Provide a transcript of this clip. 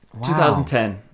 2010